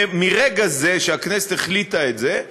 מרגע שהכנסת החליטה את זה,